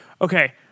Okay